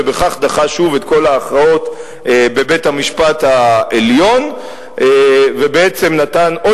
ובכך דחה שוב את כל ההכרעות בבית-המשפט העליון ובעצם נתן עוד